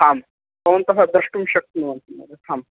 आम् भवन्तः द्रष्टुं शक्नुवन्ति महोदय आम्